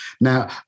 Now